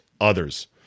others